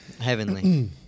heavenly